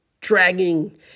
dragging